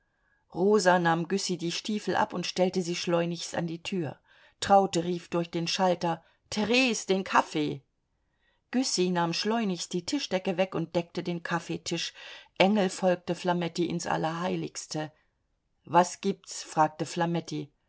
rosa nahm güssy die stiefel ab und stellte sie schleunigst an die tür traute rief durch den schalter theres den kaffee güssy nahm schleunigst die tischdecke weg und deckte den kaffeetisch engel folgte flametti ins allerheiligste was gibts fragte